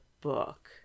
book